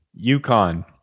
UConn